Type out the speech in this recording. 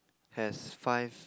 has five